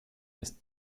ist